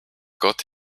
got